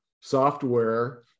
software